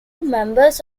members